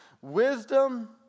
Wisdom